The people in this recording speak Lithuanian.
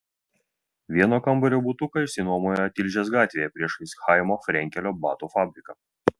vieno kambario butuką išsinuomojo tilžės gatvėje priešais chaimo frenkelio batų fabriką